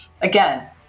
Again